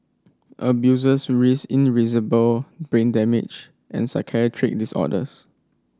abusers risked brain damage and psychiatric disorders